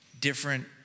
different